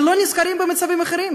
ולא נזכרים במצבים אחרים?